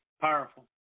Powerful